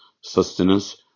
sustenance